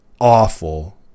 awful